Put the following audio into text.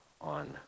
on